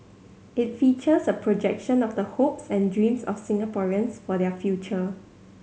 it features a projection of the hopes and dreams of Singaporeans for their future